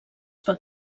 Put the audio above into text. pot